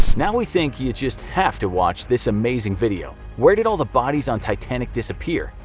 now we think you just have to watch this amazing video, where did all the bodies on titanic disappear?